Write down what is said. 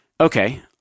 okay